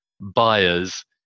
buyers